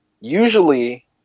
usually